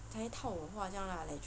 套我话这样啦